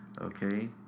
Okay